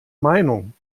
meinung